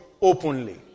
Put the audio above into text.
openly